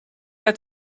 her